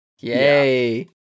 Yay